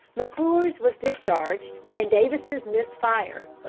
mcclure's was discharged and davis' missed fire.